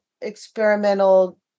experimental